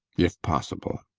if possible.